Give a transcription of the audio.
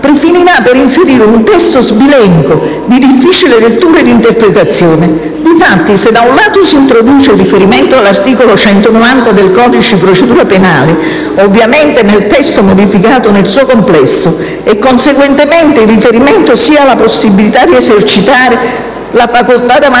per inserire un testo sbilenco, di difficile lettura ed interpretazione. Infatti, se da un lato si introduce il riferimento all'articolo 190 del codice di procedura penale, ovviamente nel testo modificato nel suo complesso, e conseguentemente il riferimento sia alla possibilità di esercitare la «facoltà davanti